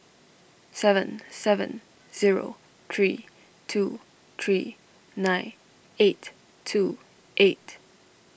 seven seven zero three two three nine eight two eight